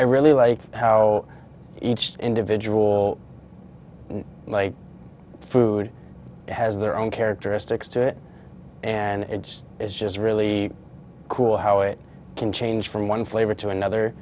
really like how each individual food has their own characteristics to it and it's it's just really cool how it can change from one flavor to another